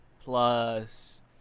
plus